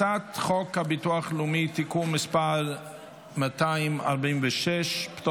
הצעת חוק הביטוח הלאומי (תיקון מס' 246) (פטור